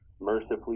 mercifully